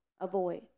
Avoid